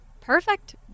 Perfect